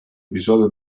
episodio